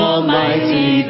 Almighty